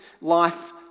life